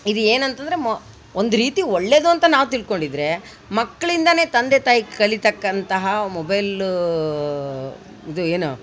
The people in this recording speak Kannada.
ಇದು ಏನಂತಂದ್ರೆ ಮೊ ಒಂದು ರೀತಿ ಒಳ್ಳೇದು ಅಂತ ನಾವು ತಿಳ್ಕೊಂಡಿದ್ರೆ ಮಕ್ಳಿಂದಲೇ ತಂದೆ ತಾಯಿ ಕಲಿತಕ್ಕಂತಹ ಮೊಬೈಲು ಇದು ಏನು